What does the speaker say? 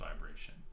vibration